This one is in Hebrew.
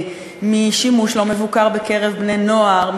משימוש לא מבוקר בקרב בני-נוער,